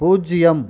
பூஜ்யம்